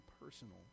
personal